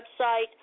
website